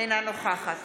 אינה נוכחת